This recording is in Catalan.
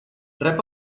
rep